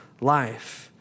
life